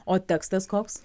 o tekstas koks